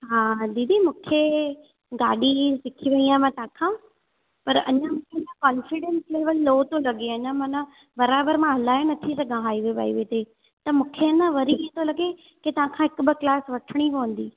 हा दीदी मुखे गाॾी सिखणी आ मां तांखा पर अञा मुखे न कांफिडेंस लेवल लो तो लॻे अञा मन बराबर मां हलाए नथी सघां हाईवे वाईवे ते त मुखे है न वरी हींअ तो लॻे के तांखां हिकु ॿ क्लास वठणी पोंदी